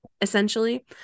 essentially